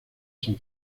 san